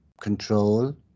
control